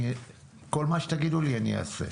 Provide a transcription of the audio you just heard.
כל מה שתגידו לי אני אעשה.